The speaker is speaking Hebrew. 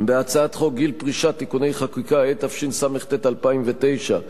בהצעת חוק גיל פרישה (תיקוני חקיקה), התשס"ט 2009,